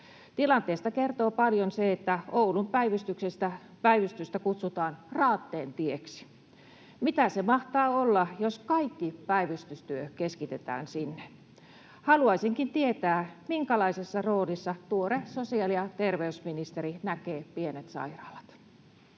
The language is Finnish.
Tilanteesta kertoo paljon, että Oulun päivystystä kutsutaan Raatteentieksi. Mitä se mahtaa olla, jos kaikki päivystystyö keskitetään sinne? Haluaisinkin tietää: minkälaisessa roolissa tuore sosiaali- ja terveysministeri näkee pienet sairaalat?